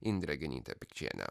indre genyte pikčiene